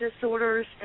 disorders